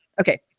Okay